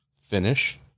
finish